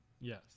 Yes